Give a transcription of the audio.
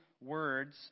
words